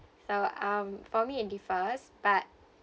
so um for me I differs but